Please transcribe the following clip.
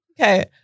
okay